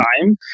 time